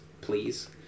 please